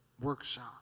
workshop